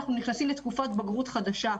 אנחנו נכנסים לתקופת בגרות חדשה,